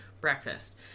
breakfast